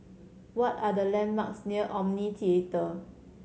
what are the landmarks near Omni Theatre